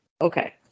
Okay